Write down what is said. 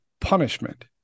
punishment